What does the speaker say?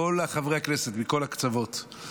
כל חברי הכנסת מכל הקצוות,